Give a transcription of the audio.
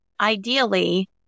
Ideally